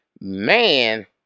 man